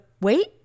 wait